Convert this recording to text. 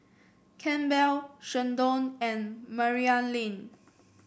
Campbell Sheldon and Maryellen